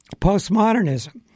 postmodernism